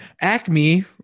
Acme